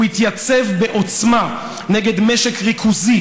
הוא התייצב בעוצמה נגד משק ריכוזי,